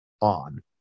on